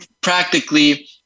practically